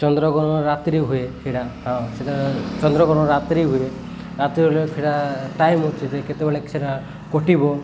ଚନ୍ଦ୍ରଗ୍ରହଣ ରାତିରେ ହୁଏ ସେଇଟା ହଁ ସେଇଟା ଚନ୍ଦ୍ର ଗ୍ରହଣ ରାତିରେ ହୁଏ ରାତିରେ ହେଲେ ସେଇଟା ଟାଇମ୍ ଅଛି ଯେ କେତେବେଳେ ସେଇଟା କଟିବ